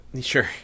Sure